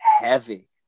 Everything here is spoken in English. heavy